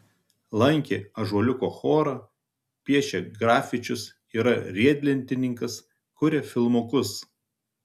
lankė ąžuoliuko chorą piešia grafičius yra riedlentininkas kuria filmukus